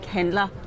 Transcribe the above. handler